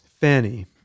Fanny